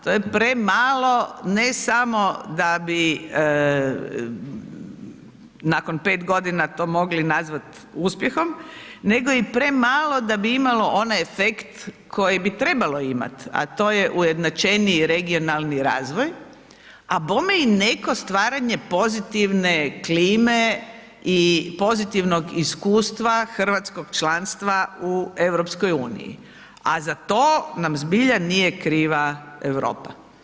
To je premalo, ne samo da bi nakon 5 godina to mogli nazvati uspjehom, nego i premalo da bi imalo onaj efekt koji bi trebalo imati, a to je ujednačeniji regionalni razvoj, a bome i neko stvaranje pozitivne klime i pozitivnog iskustva hrvatskog članstva u EU, a za to nam zbilja nije kriva Europa.